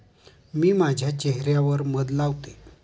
मी माझ्या चेह यावर मध लावते